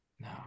No